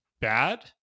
bad